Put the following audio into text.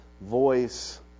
voice